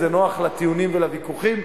זה נוח לטיעונים ולוויכוחים,